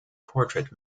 portrait